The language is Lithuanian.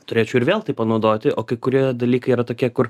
turėčiau ir vėl tai panaudoti o kai kurie dalykai yra tokie kur